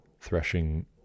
threshing